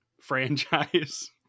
franchise